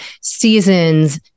seasons